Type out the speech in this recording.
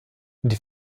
die